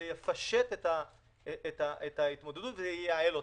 זה יפשט את ההתמודדות וייעל אותה.